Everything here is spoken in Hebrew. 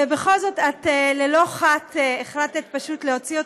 ובכל זאת את ללא חת החלטת פשוט להוציא אותו.